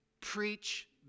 preach